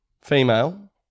female